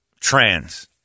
trans